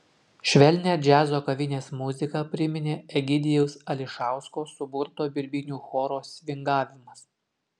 švelnią džiazo kavinės muziką priminė egidijaus ališausko suburto birbynių choro svingavimas